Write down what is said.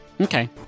Okay